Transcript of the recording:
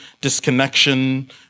disconnection